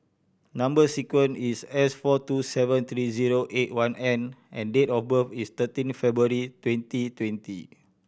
number sequence is S four two seven three zero eight one N and date of birth is thirteen February twenty twenty